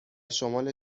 شمال